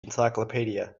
encyclopedia